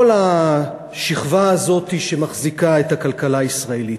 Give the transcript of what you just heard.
השכבה הזאת שמחזיקה את הכלכלה הישראלית.